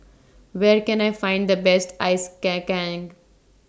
Where Can I Find The Best Ice Kacang